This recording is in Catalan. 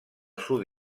sud